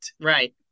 Right